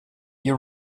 you